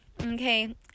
okay